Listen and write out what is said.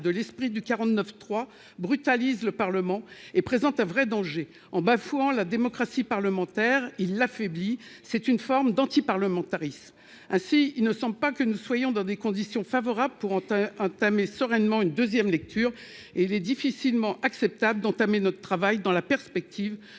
de l'esprit du 49 3 brutalise le Parlement et présente un vrai danger en bafouant la démocratie parlementaire, il affaiblit, c'est une forme d'antiparlementarisme ainsi, ils ne sont pas que nous soyons dans des conditions favorables pour enterrer un sereinement une deuxième lecture et il est difficilement acceptable d'entamer notre travail dans la perspective